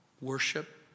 worship